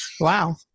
Wow